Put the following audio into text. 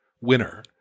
winner